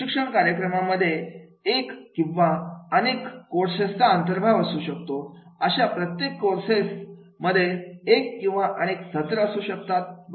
प्रशिक्षण कार्यक्रमामध्ये एक किंवा अनेक कोर्सेसचा अंतर्भाव असू शकतो अशा प्रत्येक कोर्समध्ये एक किंवा अनेक सत्र असू शकतात बरोबर